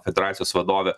federacijos vadovė